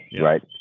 Right